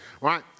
right